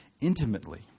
intimately